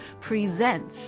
presents